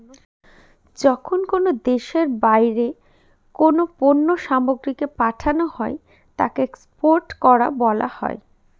যখন কোনো দেশের বাইরে কোনো পণ্য সামগ্রীকে পাঠানো হয় তাকে এক্সপোর্ট করা বলা হয়